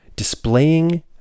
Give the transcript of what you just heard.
displaying